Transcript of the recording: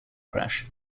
crash